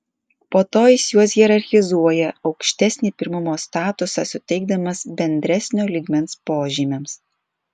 po to jis juos hierarchizuoja aukštesnį pirmumo statusą suteikdamas bendresnio lygmens požymiams